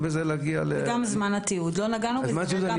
וגם זמן התיעוד, שעוד לא נגענו בזה.